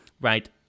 right